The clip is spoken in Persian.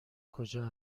کجا